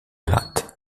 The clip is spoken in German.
land